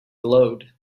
load